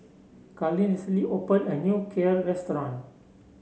Carleen recently opened a new Kheer restaurant